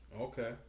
Okay